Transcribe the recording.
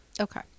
Okay